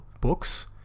books